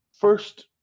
first